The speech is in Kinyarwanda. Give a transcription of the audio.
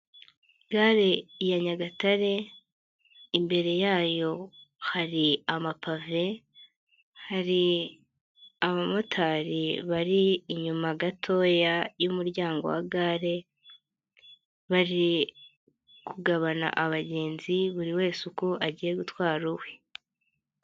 Gare ya Nyagatare imbere yayo hari amapave, hari abamotari bari inyuma gatoya y'umuryango wa gare, bari kugabana abagenzi buri wese uko agiye gutwara uwe.